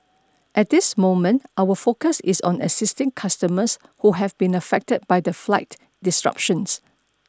at this moment our focus is on assisting customers who have been affected by the flight disruptions